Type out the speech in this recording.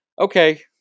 okay